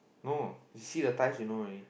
no you see the ties you know already